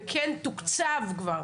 וכן תוקצב כבר.